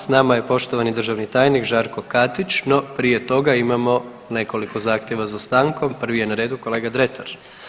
S nama je poštovani državni tajnik Žarko Katić, no prije toga imamo nekoliko zahtjeva za stankom, prvi je na redu kolega Dretar.